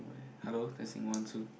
hello testing one two